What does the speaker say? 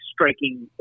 striking